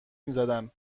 میزدن